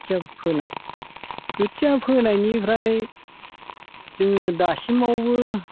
खोथिया फोनाय खोथिया फोनायनिफ्राय जोङो दासिमावबो